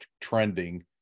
trending